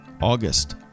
August